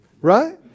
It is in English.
right